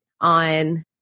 on